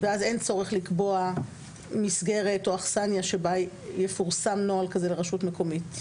ואז אין צורך לקבוע מסגרת שבה יפורסם נוהל כזה לרשות המקומית.